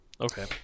Okay